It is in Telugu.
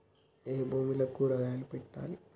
ఏ భూమిలో కూరగాయలు పెట్టాలి?